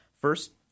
First